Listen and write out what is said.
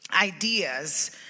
ideas